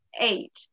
eight